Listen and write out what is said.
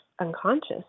unconscious